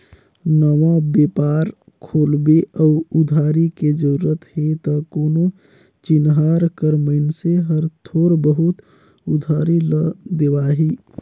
नवा बेपार खोलबे अउ उधारी के जरूरत हे त कोनो चिनहार कर मइनसे हर थोर बहुत उधारी ल देवाही